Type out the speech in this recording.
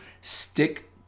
Stick